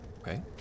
Okay